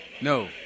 no